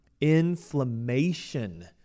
inflammation